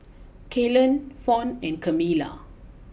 Kalen Fawn and Camilla